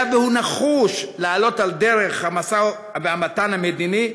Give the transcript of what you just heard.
היה והוא נחוש לעלות על דרך המשא והמתן המדיני,